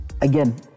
again